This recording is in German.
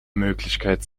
möglichkeit